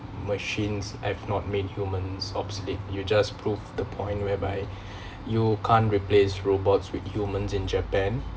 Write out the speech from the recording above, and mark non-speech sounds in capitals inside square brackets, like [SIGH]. machines I've not made humans obsolete you just proved the point whereby [BREATH] you can't replace robots with humans in japan